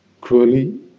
cruelly